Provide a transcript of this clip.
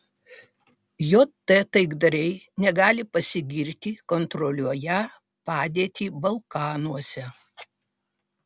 jt taikdariai negali pasigirti kontroliuoją padėtį balkanuose